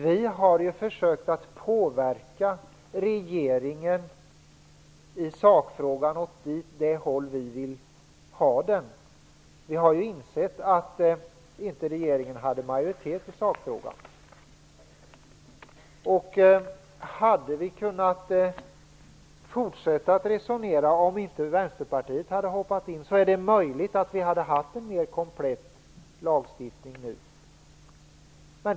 Vi har ju försökt att påverka regeringen i sakfrågan åt det håll som vi önskar. Vi har insett att regeringen inte hade majoritet i sakfrågan. Hade vi kunnat fortsätta att resonera - om inte Vänsterpartiet hade hoppat in - är det möjligt att vi nu hade haft en mer komplett lagstiftning.